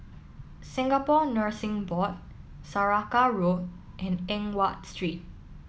Singapore Nursing Board Saraca Road and Eng Watt Street